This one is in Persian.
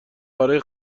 برای